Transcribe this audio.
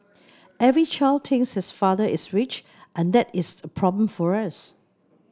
every child thinks his father is rich and that is a problem for us